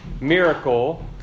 miracle